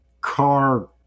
car